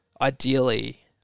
ideally